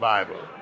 Bible